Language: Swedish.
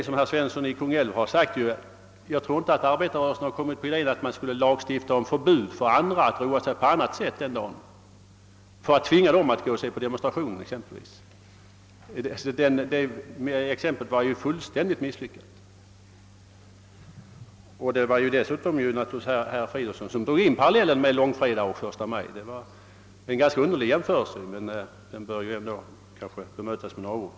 Som herr Svensson i Kungälv har sagt, har arbetarrörelsen inte kommit på idén att begära lagstadgat förbud för andra att roa sig på annat sätt, exempelvis för att tvinga dem att gå och se på demonstrationen. Exemplet var fullständigt misslyckat. Den parallell herr Fridolfsson drog mellan långfredagen och första maj var en ganska underlig jämförelse, men den bör ändå bemötas med några ord.